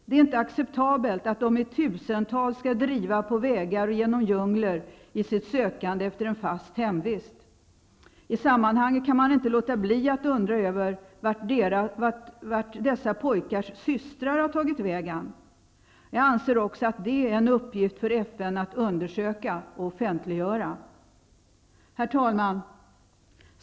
Det är inte acceptabelt att de i tusental skall driva på vägar och genom djungler i sitt sökande efter en fast hemvist. I sammanhanget kan man inte låta bli att undra över vart dessa pojkars systrar har tagit vägen. Jag anser också att det är en uppgift för FN att undersöka och offentliggöra. Herr talman!